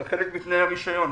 זה חלק מתנאי הרישיון.